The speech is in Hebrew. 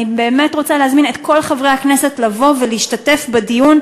אני באמת רוצה להזמין את כל חברי הכנסת לבוא ולהשתתף בדיון,